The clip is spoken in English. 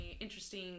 interesting